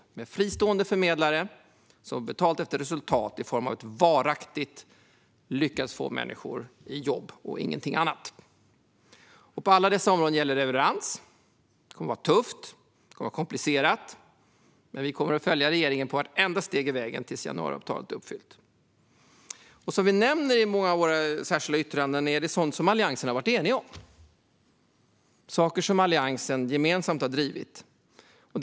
Det ska då vara fristående förmedlare som får betalt efter resultat i form av att de varaktigt lyckas få människor i jobb och ingenting annat. På alla dessa områden gäller leverans. Det kommer att vara tufft. Det kommer att vara komplicerat. Men vi kommer att följa vartenda steg på vägen som regeringen tar fram till att januariavtalet är uppfyllt. Som vi nämner i många av våra särskilda yttranden är det sådant som Alliansen har varit enig om. Det är saker som Alliansen har drivit gemensamt.